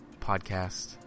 podcast